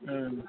हं